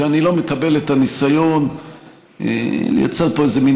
אני לא מקבל את הניסיון לייצר פה איזו מין